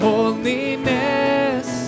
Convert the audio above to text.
Holiness